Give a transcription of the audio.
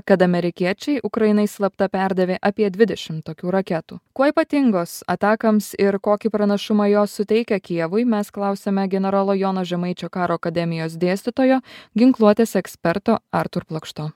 kad amerikiečiai ukrainai slapta perdavė apie dvidešim tokių raketų kuo ypatingos atacms ir kokį pranašumą jos suteikia kijevui mes klausiame generolo jono žemaičio karo akademijos dėstytojo ginkluotės eksperto artūr plokšto